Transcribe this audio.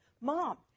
Mom